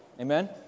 Amen